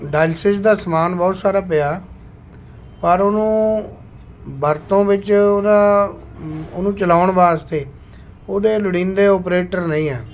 dialysis ਦਾ ਸਮਾਨ ਬਹੁਤ ਸਾਰਾ ਪਿਆ ਪਰ ਉਹਨੂੰ ਵਰਤੋਂ ਵਿੱਚ ਉਹਦਾ ਉਹਨੂੰ ਚਲਾਉਣ ਵਾਸਤੇ ਉਹਦੇ ਲੋੜੀਂਦੇ ਓਪਰੇਟਰ ਨਹੀਂ ਹੈ